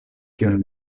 kion